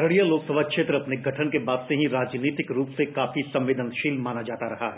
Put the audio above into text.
अररिया लोकसभा क्षेत्र अपने गठन के बाद से ही राजनीतिक रूप से काफी संवेदनशील माना जाता रहा है